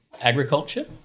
agriculture